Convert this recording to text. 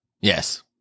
yes